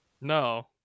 No